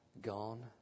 gone